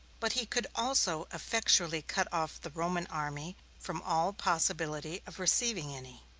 but he could also effectually cut off the roman army from all possibility of receiving any.